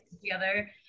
together